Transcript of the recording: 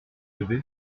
levé